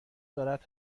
دارد